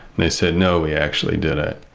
they said, no, we actually did it.